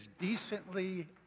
decently